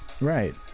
Right